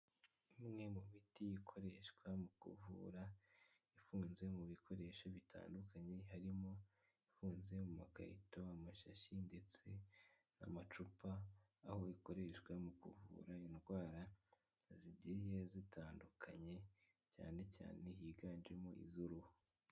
Imwe mu miti ikoreshwa mu kuvura ifunze mu bikoresho bitandukanye harimo ifunze mu makarito amashashi ndetse n'amacupa aho ikoreshwa mu kuvura indwara zigiye zitandukanye cyane cyane higanjemo iz'uruhu.